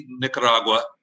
Nicaragua